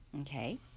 Okay